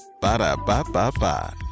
Ba-da-ba-ba-ba